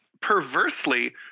perversely